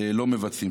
לא מבצעים.